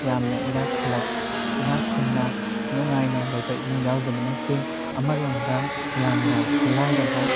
ꯌꯥꯝꯅ ꯏꯅꯥꯛ ꯏꯅꯥꯛ ꯈꯨꯟꯅ ꯅꯨꯡꯉꯥꯏꯅ ꯂꯩꯕ ꯏꯃꯨꯡ ꯌꯥꯎꯗꯕ ꯅꯠꯇꯦ ꯑꯃꯔꯣꯝꯗ ꯌꯥꯝꯅ ꯂꯥꯏꯔꯕ